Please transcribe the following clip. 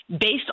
based